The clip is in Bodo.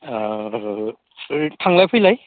ओइ थांलाय फैलाय